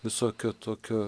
visokių tokių